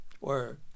Word